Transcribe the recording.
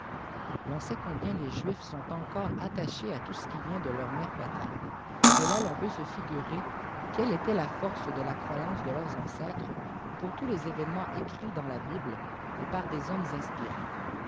l'on sait combien les juifs sont encoreattachés à tout ce qui vient de leur mère patrie et de là ton peut se figurer quelle était la force de la croyance de leurs ancêtres pour tous les évé neraents écrits dans la bible par des hommes inspirés